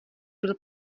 byl